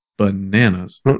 Bananas